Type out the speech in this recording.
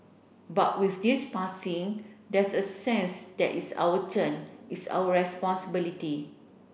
but with this passing there's a sense that it's our turn it's our responsibility